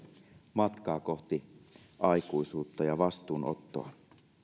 matkaa kohti aikuisuutta ja vastuunottoa